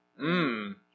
Mmm